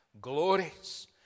glories